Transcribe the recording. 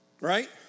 Right